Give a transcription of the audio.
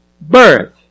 birth